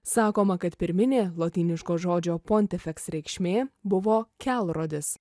sakoma kad pirminė lotyniško žodžio pontifeks reikšmė buvo kelrodis